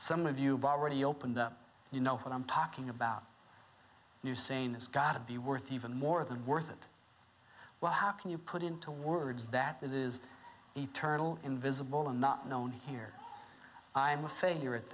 some of you have already opened up you know what i'm talking about you saying it's got to be worth even more than worth it well how can you put into words that it is eternal invisible and not known here i'm a